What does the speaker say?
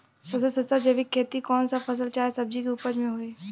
सबसे सस्ता जैविक खेती कौन सा फसल चाहे सब्जी के उपज मे होई?